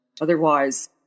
Otherwise